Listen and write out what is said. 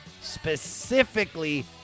specifically